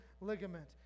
ligament